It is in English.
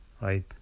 right